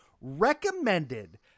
recommended